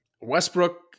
westbrook